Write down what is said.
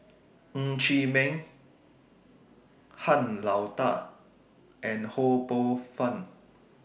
Ng Chee Meng Han Lao DA and Ho Poh Fun